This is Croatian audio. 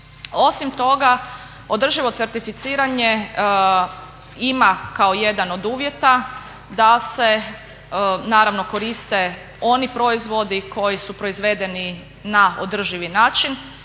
Osim toga, održivo certificiranje ima kao jedna od uvjeta da se naravno koriste oni proizvodi koji su proizvedeni na održivi način